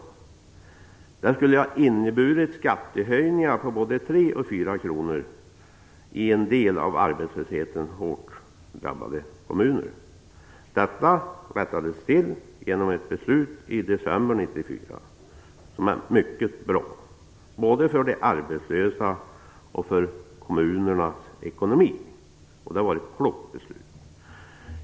Det skulle innebära skattehöjningar på både tre och fyra kronor i en del av arbetslösheten hårt drabbade kommuner. Det var mycket bra både för de arbetslösa och för kommunernas ekonomi. Det var ett klokt beslut. Herr talman!